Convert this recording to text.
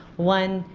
one,